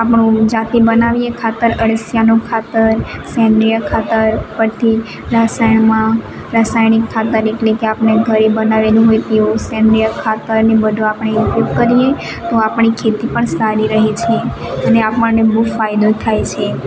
આપણું જાતે બનાવીએ ખાતર અળસિયાનું ખાતર સેંદ્રિય ખાતર પછી રસાયણમાં રાસાયણિક ખાતર એટલે કે આપણે ઘરે બનાવેલું હોય તેવું સેંદ્રિય ખાતરને બધું આપણે ઉપયોગ કરીએ તો આપણી ખેતી પણ સારી રહે છે અને આપણને બહુ ફાયદો થાય છે